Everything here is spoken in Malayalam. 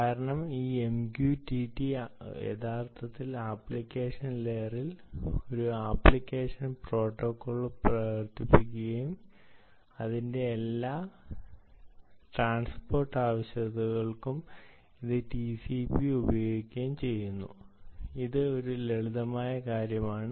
കാരണം ഈ MQTT യഥാർത്ഥത്തിൽ ആപ്ലിക്കേഷൻ ലെയറിൽ ഒരു ആപ്ലിക്കേഷൻ പ്രോട്ടോക്കോൾ പ്രവർത്തിപ്പിക്കുകയും അതിന്റെ എല്ലാ ഗതാഗത ആവശ്യകതകൾക്കു ഇത് TCP ഉപയോഗിക്കുകയും ചെയ്യുന്നു ഇത് ഒരു ലളിതമായ കാര്യമാണ്